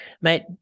Mate